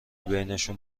بینشون